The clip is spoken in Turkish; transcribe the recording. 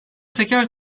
teker